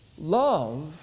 love